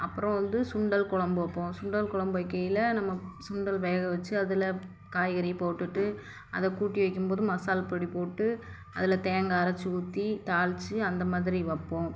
அப்பறம் வந்து சுண்டல் குழம்பு வைப்போம் சுண்டல் குழம்பு வைக்கையில நம்ம சுண்டல் வேக வச்சி அதில் காய்கறி போட்டுட்டு அதை கூட்டி வைக்கும்போது மசால்பொடி போட்டு அதில் தேங்காய் அரைச்சி ஊற்றி தாளித்து அந்த மாதிரி வைப்போம்